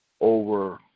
over